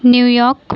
New York